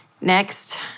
Next